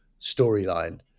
storyline